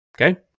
okay